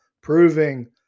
Proving